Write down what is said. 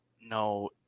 No